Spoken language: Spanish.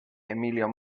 emilio